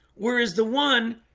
whereas the one